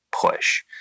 push